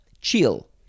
chill